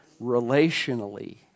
relationally